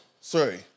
sorry